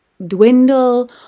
dwindle